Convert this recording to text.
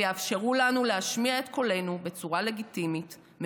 ויאפשרו לנו להשמיע את קולנו בצורה לגיטימית,